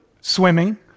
swimming